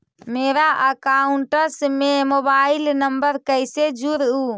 मेरा अकाउंटस में mobile number कैसे जुड़उ?